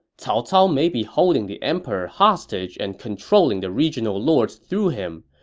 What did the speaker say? cao cao may be holding the emperor hostage and controlling the regional lords through him,